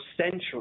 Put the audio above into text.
centuries